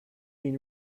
been